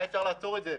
היה אפשר לעצור את זה.